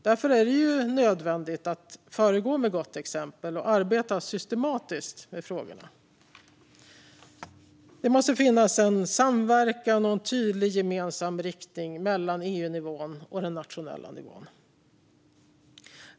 Därför är det nödvändigt att föregå med gott exempel och arbeta systematiskt med frågorna. Det måste finnas en samverkan och en tydlig, gemensam riktning mellan EU-nivån och den nationella nivån.